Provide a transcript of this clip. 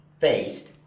faced